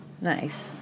Nice